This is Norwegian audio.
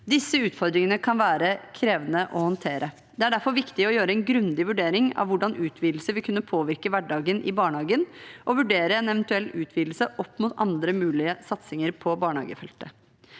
Disse utfordringene kan være krevende å håndtere. Det er derfor viktig å gjøre en grundig vurdering av hvordan en utvidelse vil kunne påvirke hverdagen i barnehagen, og vurdere en eventuell utvidelse opp mot andre mulige satsinger på barnehagefeltet.